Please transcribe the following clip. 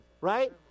Right